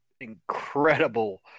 incredible